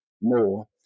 more